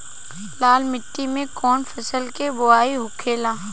लाल मिट्टी में कौन फसल के बोवाई होखेला?